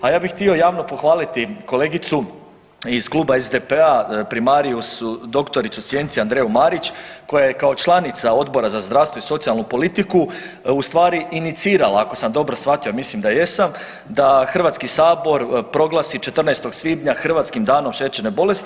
A ja bi htio javno pohvaliti kolegicu iz Kluba SDP-a prim.dr.sc. Andreju Marić koja je kao članica Odbora za zdravstvo i socijalnu politiku ustvari inicirala, ako sam dobro shvatio, a mislim da jesam da Hrvatsko sabor proglasi 14. svibnja Hrvatskim danom šećernom bolesti.